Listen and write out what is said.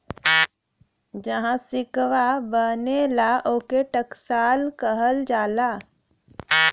जहाँ सिक्कवा बनला, ओके टकसाल कहल जाला